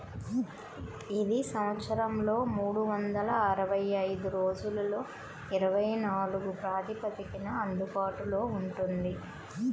ఇది సంవత్సరంలో మూడు వందల అరవై ఐదు రోజులలో ఇరవై నాలుగు ప్రాతిపదికన అందుబాటులో ఉంటుంది